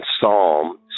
Psalm